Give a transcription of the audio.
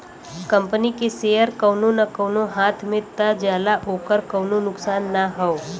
company के share कउनो न कउनो हाथ मे त जाला ओकर कउनो नुकसान ना हौ